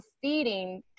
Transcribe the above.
feeding